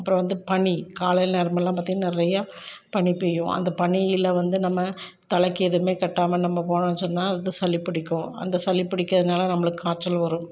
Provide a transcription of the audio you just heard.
அப்புறம் வந்து பனி காலை நேரம் எல்லாம் பாத்தோனா நிறையா பனி பெய்யும் அந்த பனியில் வந்து நம்ம தலைக்கு எதுவுமே கட்டாமல் நம்ம போனோம்னு சொன்னால் அந்த சளி பிடிக்கும் அந்த சளி பிடிக்கிறதுனால நம்மளுக்கு காய்ச்சல் வரும்